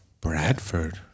Bradford